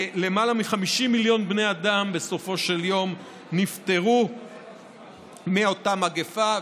למעלה מחמישים מיליון בני אדם בסופו של יום נפטרו מאותה מגפה.